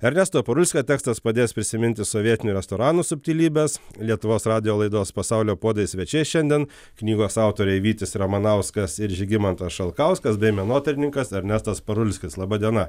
ernesto parulskio tekstas padės prisiminti sovietinių restoranų subtilybes lietuvos radijo laidos pasaulio puodai svečiai šiandien knygos autoriai vytis ramanauskas ir žygimantas šalkauskas bei menotyrininkas ernestas parulskis laba diena